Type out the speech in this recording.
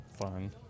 fun